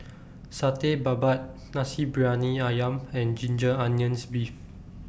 Satay Babat Nasi Briyani Ayam and Ginger Onions Beef